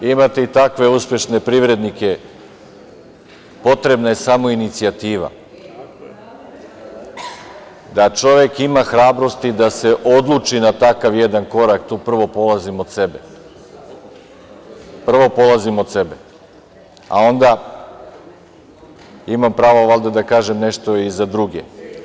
Imate i takve uspešne privrednike, potrebna je samo inicijativa da čovek ima hrabrosti da se odluči na takav jedan korak, tu prvo polazim od sebe, a onda imam pravo valjda da kažem nešto i za druge.